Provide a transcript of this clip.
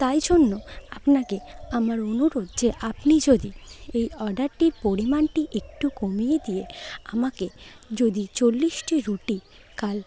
তাই জন্য আপনাকে আমার অনুরোধ যে আপনি যদি এই অর্ডারটির পরিমাণটি একটু কমিয়ে দিয়ে আমাকে যদি চল্লিশটি রুটি কাল